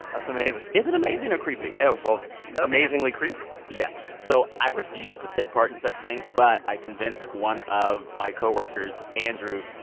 that's amazing is it amazing or creepy? both amazingly creepy yeah, so i refuse to take part in such things, but i convinced one of my co-workers, andrew,